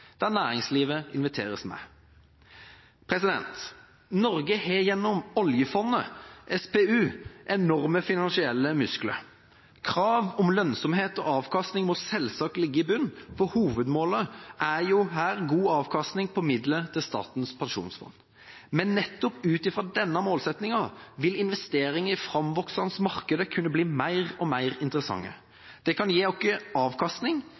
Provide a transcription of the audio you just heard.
der næringslivet inviteres med. Norge har gjennom oljefondet, SPU, enorme finansielle muskler. Krav om lønnsomhet og avkastning må selvsagt ligge i bunn, for hovedmålet er jo her god avkastning på midler til Statens pensjonsfond. Men nettopp ut fra denne målsettingen vil investeringer i framvoksende markeder kunne bli mer og mer interessante. De kan både gi oss avkastning